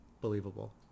believable